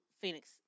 Phoenix